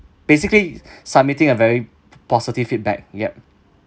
basically submitting a very positive feedback yup